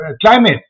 climate